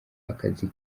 akazi